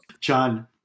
John